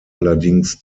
allerdings